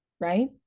right